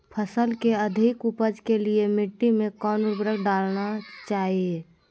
फसल के अधिक उपज के लिए मिट्टी मे कौन उर्वरक डलना चाइए?